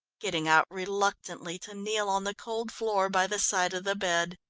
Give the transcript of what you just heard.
getting out reluctantly to kneel on the cold floor by the side of the bed.